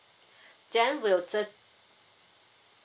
then will thir~